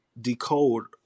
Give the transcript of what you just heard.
decode